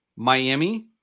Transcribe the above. Miami